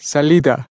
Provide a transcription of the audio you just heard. Salida